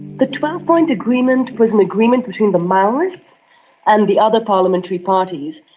the twelve point agreement was an agreement between the maoists and the other parliamentary parties.